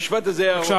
המשפט הזה יהיה ארוך,